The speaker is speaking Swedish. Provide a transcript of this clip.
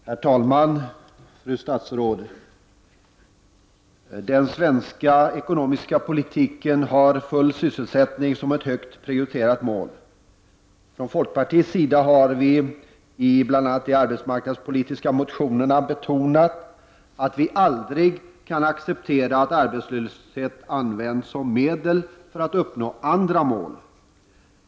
Herr talman! Fru statsråd! Den svenska ekonomiska politiken har full sysselsättning som ett högt prioriterat mål. Från folkpartiets sida har vi i bl.a. de arbetsmarknadspolitiska motionerna betonat att vi aldrig kan acceptera att arbetslöshet används som medel för att uppnå andra mål.